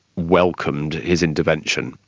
welcomed his intervention.